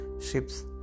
ships